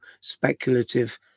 speculative